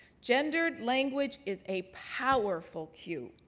gendered language is a powerful cue.